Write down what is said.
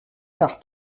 car